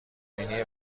بینی